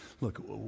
Look